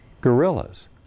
gorillas